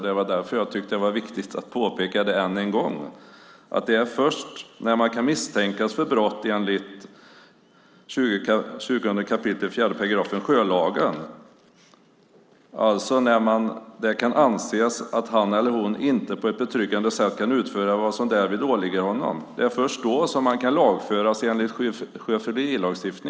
Det var därför jag tyckte att det var viktigt att påpeka det än en gång; det är först när man kan misstänkas för brott enligt 20 kap. 4 § sjölagen - alltså när det kan anses att han eller hon inte på ett betryggande sätt kan utföra vad som därvid åligger honom eller henne - som man kan lagföras enligt sjöfyllerilagen.